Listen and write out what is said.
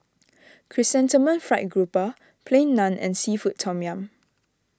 Chrysanthemum Fried Grouper Plain Naan and Seafood Tom Yum